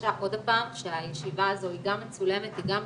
מדגישה עוד הפעם שהישיבה הזו היא גם מצולמת וגם משודרת,